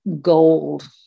gold